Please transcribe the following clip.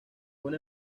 una